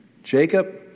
Jacob